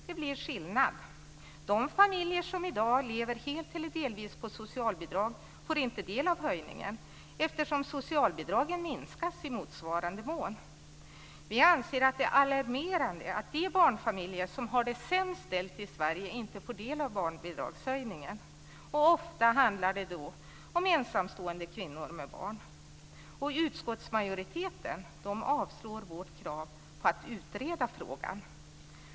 Det blir en skillnad. De familjer som i dag lever helt eller delvis på socialbidrag får inte del av höjningen eftersom socialbidragen minskas i motsvarande mån. Vi anser att det är alarmerande att de barnfamiljer som har det sämst ställt i Sverige inte får del av barnbidragshöjningen. Ofta handlar det om ensamstående kvinnor med barn. Utskottsmajoriteten avstyrker vårt krav på att utreda frågan.